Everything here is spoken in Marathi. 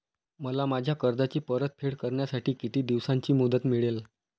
मला माझ्या कर्जाची परतफेड करण्यासाठी किती दिवसांची मुदत मिळेल?